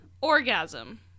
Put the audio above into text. orgasm